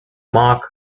marc